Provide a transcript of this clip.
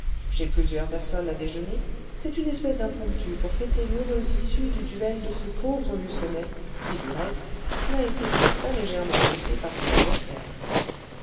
j'ai plusieurs personnes à déjeuner c'est une espèce d'impromptu pour fêter l'heureuse issue du duel de ce pauvre lucenay qui du reste n'a été que très légèrement blessé par son adversaire